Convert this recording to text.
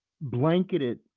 blanketed